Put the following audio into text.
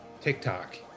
TikTok